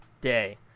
day